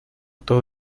todo